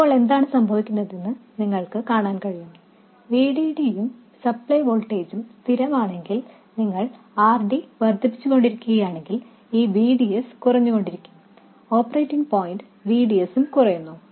ഇപ്പോൾ എന്താണ് സംഭവിക്കുന്നതെന്ന് നിങ്ങൾക്ക് കാണാൻ കഴിയും VDD യും സപ്ലൈ വോൾട്ടേജും സ്ഥിരമാണെങ്കിൽ നിങ്ങൾ RD വർദ്ധിപ്പിച്ചുകൊണ്ടിരിക്കുകയാണെങ്കിൽ ഈ VDS കുറഞ്ഞുകൊണ്ടിരിക്കും ഓപ്പറേറ്റിംഗ് പോയിൻറ് VDS ഉം കുറയുന്നു